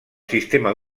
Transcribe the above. sistema